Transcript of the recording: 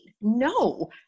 no